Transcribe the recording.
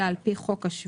אלא על פי חוק השבות,